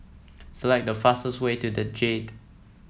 select the fastest way to the Jade